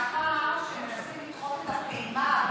מאחר שהם מנסים לדחות את הפעימה הבאה,